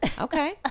okay